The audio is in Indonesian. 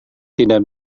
tidak